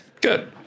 good